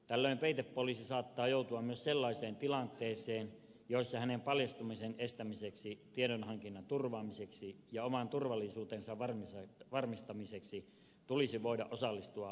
tällöin peitepoliisi saattaa joutua myös sellaiseen tilanteeseen jossa hänen paljastumisensa estämiseksi tiedonhankinnan turvaamiseksi ja oman turvallisuutensa varmistamiseksi tulisi voida osallistua rikollisryhmän toimintaan